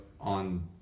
on